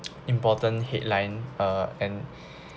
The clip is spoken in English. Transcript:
important headline uh and